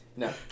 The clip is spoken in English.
No